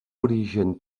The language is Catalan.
origen